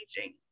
aging